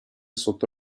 sotto